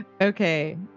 Okay